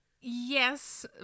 Yes